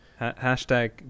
Hashtag